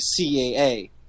CAA